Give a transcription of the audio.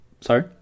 Sorry